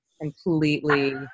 Completely